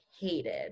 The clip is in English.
hated